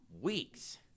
weeks